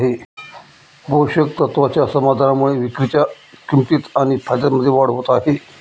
पोषक तत्वाच्या समाधानामुळे विक्रीच्या किंमतीत आणि फायद्यामध्ये वाढ होत आहे